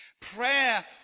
Prayer